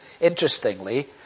interestingly